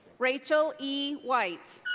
rachel e. white.